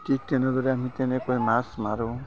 ঠিক তেনেদৰে আমি তেনেকৈ মাছ মাৰোঁ